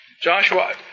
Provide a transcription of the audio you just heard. Joshua